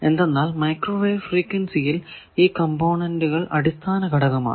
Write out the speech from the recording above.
എന്തെന്നാൽ മൈക്രോവേവ് ഫ്രീക്വൻസിയിൽ ഈ കമ്പോണന്റുകൾ അടിസ്ഥാന ഘടകമാണ്